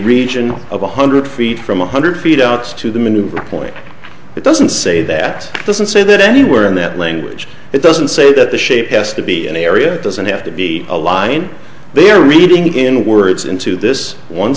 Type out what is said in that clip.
region of one hundred feet from one hundred feet out to the maneuver point it doesn't say that doesn't say that anywhere in that language it doesn't say that the shape s to be an area doesn't have to be a line they are reading in words into this one